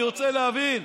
אני רוצה להבין.